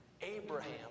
Abraham